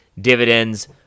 dividends